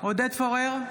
עודד פורר,